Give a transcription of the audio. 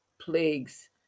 plagues